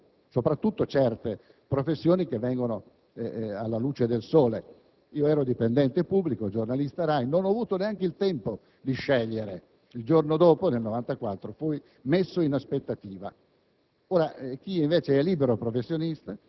di continuare a svolgere anche la loro attività professionale, soprattutto certe professioni che vengono alla luce del sole. Io ero dipendente pubblico - giornalista RAI - e non ho avuto neanche il tempo di scegliere: il giorno dopo l'elezione, nel 1994, fui messo in aspettativa.